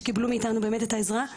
שקיבלו מאיתנו את העזרה.